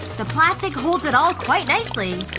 the plastic holds it all quite nicely.